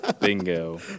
Bingo